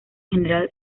general